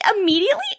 immediately